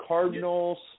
Cardinals